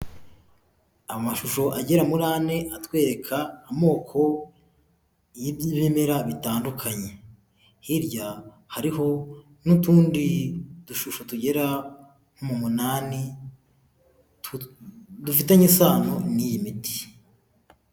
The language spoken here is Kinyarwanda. Amashusho agera muri ane atwereka amoko y'ibimera bitandukanye, hirya hariho n'utundi dushusho tugera mu munani dufitanye isano n'iyi miti.